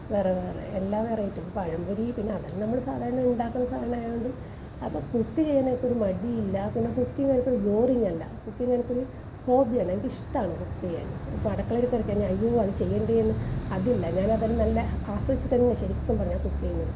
വേറെ വേറെ എല്ലാ വെറൈറ്റീയും പഴംപൊരി പിന്നെ അതെല്ലാം നമ്മൾ സാധാരണ ഇതാക്കുന്ന സാധനമായത് കൊണ്ട് അപ്പം കുക്ക് ചെയ്യാൻ എനിക്കൊരു മടി ഇല്ലാത്തത് കൊണ്ടും കുക്കിങ്ങ് എനിക്കൊരു ബോറിങ്ങല്ല കുക്കിങ്ങ് എനിക്കൊരു ഹോബിയാണ് എനിക്കിഷ്ടമാണ് കുക്ക് ചെയ്യാൻ ഇപ്പം അടുക്കളയില് കറി കഴിഞ്ഞാൽ അയ്യോ അത്ചെയ്യരുതേന്ന് അതില്ല ഞാൻ ആ പണി നല്ല ആസ്വദിച്ചിട്ട് തന്നെയാണ് ശരിക്കും പറഞ്ഞാൽ കുക്ക് ചെയ്യുന്നത്